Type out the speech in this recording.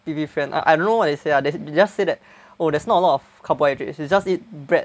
B_P friend I I don't know what they say ah they just say that oh there's not a lot of carbohydrates you just eat bread